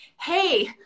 hey